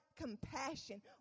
compassion